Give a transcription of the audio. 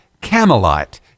Camelot